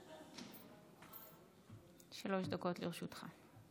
שלוש דקות לרשותך.